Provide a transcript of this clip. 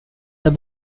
the